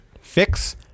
fix